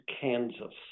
Kansas